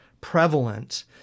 prevalent